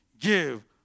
give